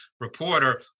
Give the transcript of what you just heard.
reporter